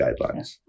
guidelines